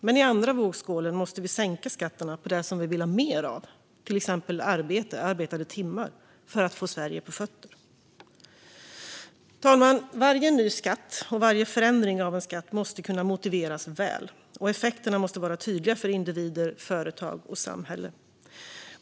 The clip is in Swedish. Men i andra vågskålen måste vi sänka skatterna på det som vi vill ha mer av, till exempel arbete och arbetade timmar, för att få Sverige på fötter. Fru talman! Varje ny skatt och varje förändring av en skatt måste kunna motiveras väl, och effekterna måste vara tydliga för individer, företag och samhälle.